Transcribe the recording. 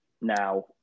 now